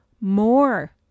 more